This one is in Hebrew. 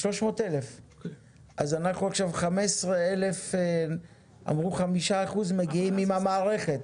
אז 15,000, אמרו 5% מגיעים עם המערכת.